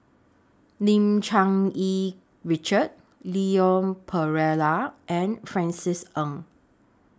Lim Cherng Yih Richard Leon Perera and Francis Ng